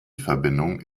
verbindung